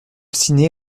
ciné